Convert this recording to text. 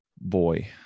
Boy